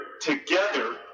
together